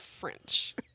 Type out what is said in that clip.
french